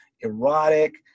erotic